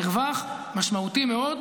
מרווח משמעותי מאוד.